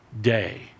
day